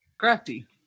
Crafty